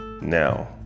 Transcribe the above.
now